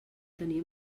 tenir